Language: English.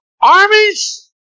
armies